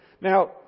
Now